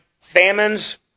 famines